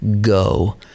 go